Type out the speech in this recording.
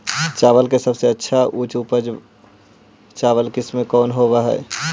चावल के सबसे अच्छा उच्च उपज चावल किस्म कौन होव हई?